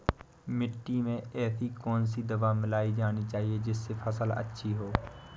मिट्टी में ऐसी कौन सी दवा मिलाई जानी चाहिए जिससे फसल अच्छी हो?